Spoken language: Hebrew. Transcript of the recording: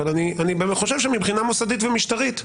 אבל אני באמת חושב שמבחינה המוסדית ומשטרית,